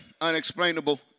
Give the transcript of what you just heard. unexplainable